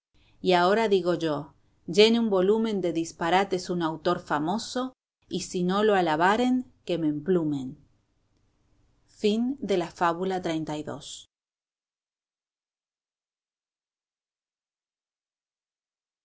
y ahora digo yo llene un volumen de disparates un autor famoso y si no le alabaren que me emplumen fábula xxxiii